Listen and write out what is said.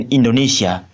Indonesia